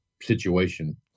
situation